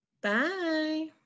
bye